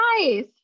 Nice